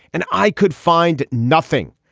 and i could find nothing.